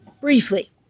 briefly